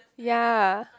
ya